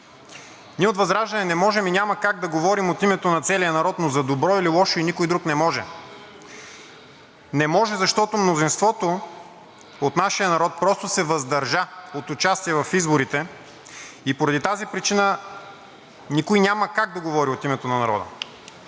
Ние от ВЪЗРАЖДАНЕ не можем и няма как да говорим от името на целия народ, но за добро или лошо и никой друг не може. Не може, защото мнозинството от нашия народ просто се въздържа от участие в изборите и поради тази причина никой няма как да говори от името на народа.